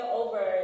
over